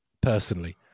personally